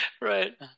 right